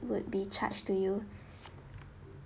would be charged to you